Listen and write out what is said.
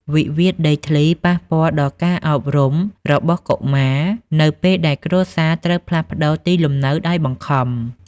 វិវាទដីធ្លីប៉ះពាល់ដល់ការអប់រំរបស់កុមារ នៅពេលដែលគ្រួសារត្រូវផ្លាស់ប្តូរទីលំនៅដោយបង្ខំ។